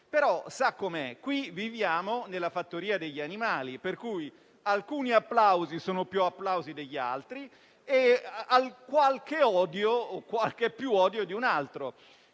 Ma - sa com'è - qui viviamo nella «Fattoria degli animali», per cui alcuni applausi sono più applausi degli altri e qualche odio è più odio di altri.